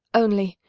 only,